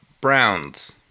Browns